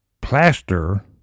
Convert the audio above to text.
plaster